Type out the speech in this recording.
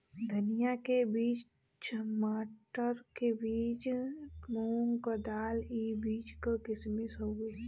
धनिया के बीज, छमाटर के बीज, मूंग क दाल ई बीज क किसिम हउवे